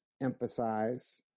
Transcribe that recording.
emphasize